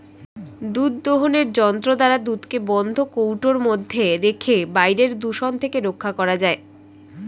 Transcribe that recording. দুধ দোহনের যন্ত্র দ্বারা দুধকে বন্ধ কৌটোর মধ্যে রেখে বাইরের দূষণ থেকে রক্ষা করা যায়